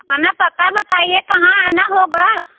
अपना पता बताइए कहाँ आना होगा